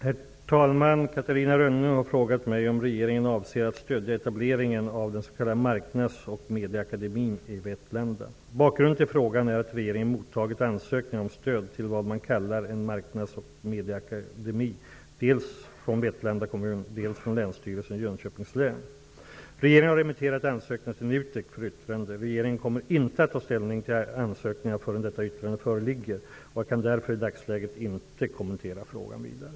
Herr talman! Catarina Rönnung har frågat mig om regeringen avser att stödja etableringen av den s.k. Bakgrunden till frågan är att regeringen mottagit ansökningar om stöd till vad man kallar en marknadsoch medieakademi dels från Vetlanda kommun, dels från Länsstyrelsen i Jönköpings län. Regeringen har remitterat ansökningarna till NUTEK för yttrande. Regeringen kommer inte att ta ställning till ansökningarna förrän detta yttrande föreligger, och jag kan därför i dagsläget inte kommentera frågan närmare.